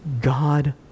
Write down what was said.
God